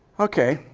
okay.